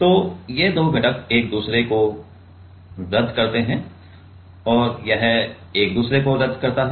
तो ये दो घटक एक दूसरे को इसे रद्द करते हैं और यह एक दूसरे को रद्द करता है